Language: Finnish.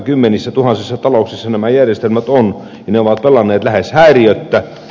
kymmenissätuhansissa talouksissa nämä järjestelmät ovat ja ne ovat pelanneet lähes häiriöttä